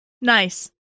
nice